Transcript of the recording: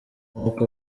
nk’uko